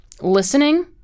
listening